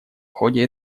ходе